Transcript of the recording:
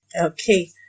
okay